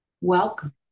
Welcome